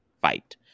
fight